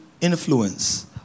Influence